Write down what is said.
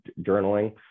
journaling